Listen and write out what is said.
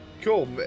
cool